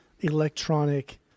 electronic